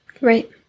Right